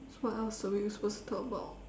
what else are we supposed to talk about